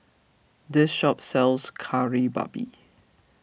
this shop sells Kari Babi